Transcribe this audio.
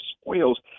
spoils